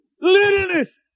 Littleness